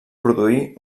produir